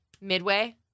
Midway